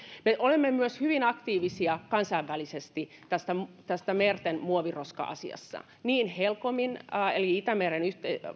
me olemme myös hyvin aktiivisia kansainvälisesti tässä merten muoviroska asiassa niin helcomin eli itämeren